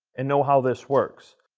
and know how this works.